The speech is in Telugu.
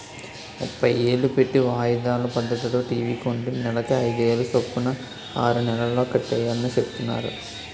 ముప్పై ఏలు పెట్టి వాయిదాల పద్దతిలో టీ.వి కొంటే నెలకి అయిదేలు సొప్పున ఆరు నెలల్లో కట్టియాలని సెప్తున్నారు